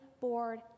board